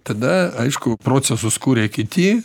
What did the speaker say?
tada aišku procesus kuria kiti